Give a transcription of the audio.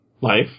life